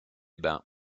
bains